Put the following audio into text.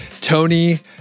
Tony